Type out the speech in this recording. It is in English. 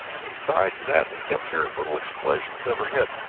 besides that, we kept hearing little explosions overhead,